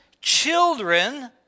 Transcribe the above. children